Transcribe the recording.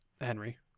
Henry